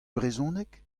brezhoneg